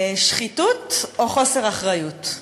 שחיתות או חוסר אחריות,